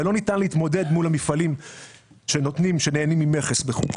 ולא ניתן להתמודד מול המפעלים שנהנים ממכס מחו"ל.